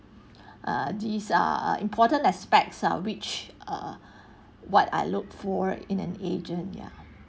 err these are are important aspects ah which err what I look for in an agent ya